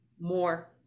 more